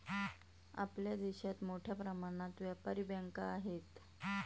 आपल्या देशात मोठ्या प्रमाणात व्यापारी बँका आहेत